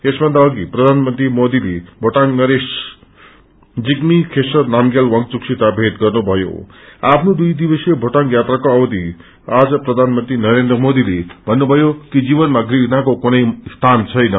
यसभन्दा अधि प्रधानमंत्री मोदीले भोटाङ नरेश जिग्मी खेसरा नामग्याल वांग्चुकसित भोट गर्नुभयों आफ्नो दुई दिवसीय भोटाङ यात्राको अवधिआज प्रधानमंत्री नरेन्द्र मोदीले भन्नुभयो कि जीवनमा घृणाको कुनै स्थान छैन